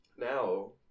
Now